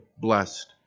blessed